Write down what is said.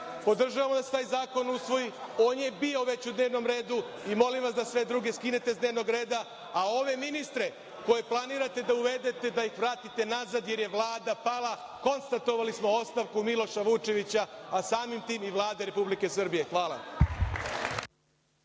podržavamo da se taj zakon usvoji. On je bio već u dnevnom redu i molim vas da sve druge skinete s dnevnog reda, a ove ministre koje planirate da uvedete, da ih vratite nazad, jer je Vlada pala, konstatovali smo ostavku Miloša Vučevića, a samim tim i Vlade Republike Srbije. Hvala.